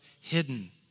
hidden